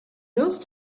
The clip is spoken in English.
those